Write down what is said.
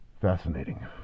Fascinating